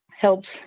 helps